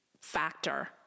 factor